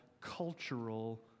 cultural